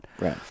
Right